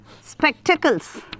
spectacles